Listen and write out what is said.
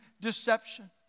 deception